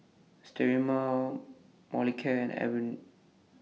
Sterimar Molicare and Avene